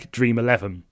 Dream11